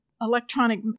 electronic